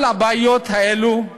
כל הבעיות האלה,